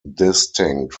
distinct